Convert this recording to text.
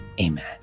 Amen